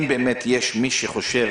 אם באמת יש מי שחושב